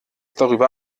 darüber